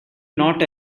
not